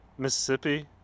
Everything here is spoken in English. Mississippi